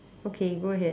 okay go ahead